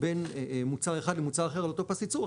בין מוצר אחד למוצר אחר על אותו פס ייצור,